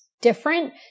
Different